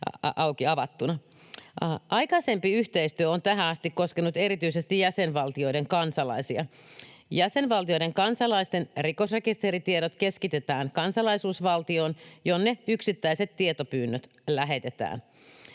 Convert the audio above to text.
auki avattuna. Aikaisempi yhteistyö on tähän asti koskenut erityisesti jäsenvaltioiden kansalaisia. Jäsenvaltioiden kansalaisten rikosrekisteritiedot keskitetään kansalaisuusvaltioon, jonne yksittäiset tietopyynnöt lähetetään.